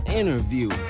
interview